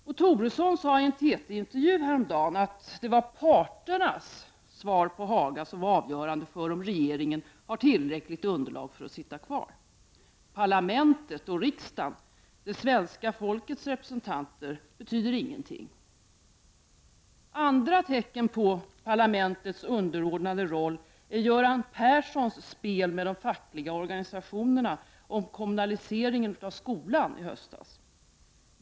Bo Toresson sade i en TT-intervju häromdagen att det var parternas svar på Haga som var avgörande för om regeringen har tillräckligt underlag för att sitta kvar. Parlamentet och riksdagen, det svenska folkets representanter, betyder ingenting. Andra tecken på parlamentets underordnade roll är Göran Perssons spel med de fackliga organisationerna och kommunaliseringen av skolan i höstas.